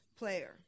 Player